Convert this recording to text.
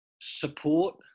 support